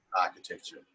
architecture